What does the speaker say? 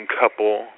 couple